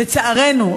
לצערנו,